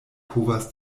povas